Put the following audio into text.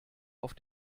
auf